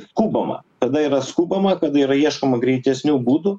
skubama kada yra skubama kad yra ieškoma greitesnių būdų